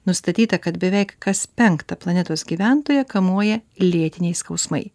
nustatyta kad beveik kas penktą planetos gyventoją kamuoja lėtiniai skausmai